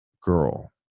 girl